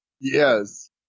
Yes